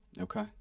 Okay